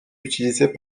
utilisées